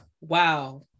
Wow